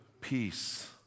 peace